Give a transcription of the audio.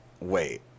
wait